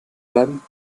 bleiben